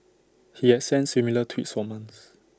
he had sent similar tweets for months